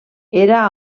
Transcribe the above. era